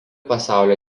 pasaulio